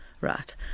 Right